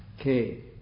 Okay